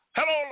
Hello